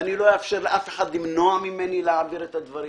ואני לא אאפשר לאף אחד למנוע ממני להעביר את הדברים,